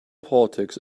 politics